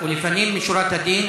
הוא לפנים משורת הדין,